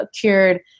cured